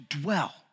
dwell